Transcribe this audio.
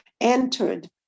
entered